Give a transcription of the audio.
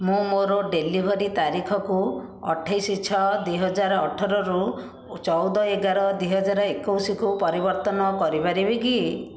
ମୁଁ ମୋର ଡେଲିଭରି ତାରିଖକୁ ଅଠେଇଶି ଛଅ ଦୁଇହଜାର ଅଠର ରୁ ଚଉଦ ଏଗାର ଦୁଇହଜାର ଏକୋଇଶି କୁ ପରିବର୍ତ୍ତନ କରିପାରିବି କି